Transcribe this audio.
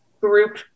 group